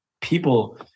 people